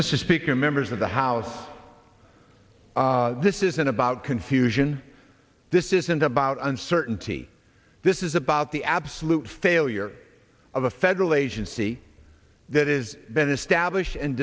mr speaker members of the house this isn't about confusion this isn't about uncertainty this is about the absolute failure of a federal agency that is